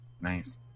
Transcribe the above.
nice